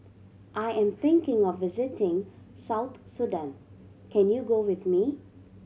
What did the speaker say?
I am thinking of visiting South Sudan can you go with me